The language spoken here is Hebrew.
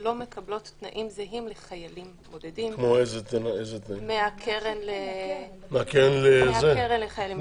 לא מקבלות תנאים זהים לחיילים בודדים מהקרן לחיילים משוחררים.